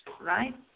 right